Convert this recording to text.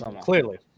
Clearly